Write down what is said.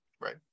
Right